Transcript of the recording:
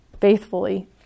faithfully